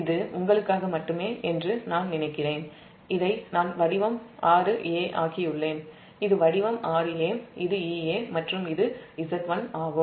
இது உங்களுக்காக மட்டுமே என்று நான் நினைக்கிறேன் இதை நான் வடிவம் 6a ஆக்கியுள்ளேன் இது வடிவம் 6a இது Ea மற்றும் இது Z1 ஆகும்